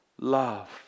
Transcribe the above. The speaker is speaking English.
Love